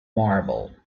marble